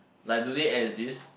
like do they exist